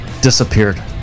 disappeared